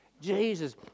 Jesus